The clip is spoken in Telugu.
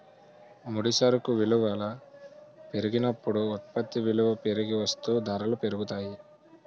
ముడి సరుకు విలువల పెరిగినప్పుడు ఉత్పత్తి విలువ పెరిగి వస్తూ ధరలు పెరుగుతాయి